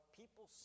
people